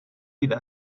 دیده